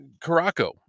Caraco